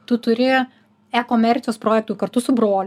tu turi e komercijos projektų kartu su broliu